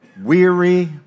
weary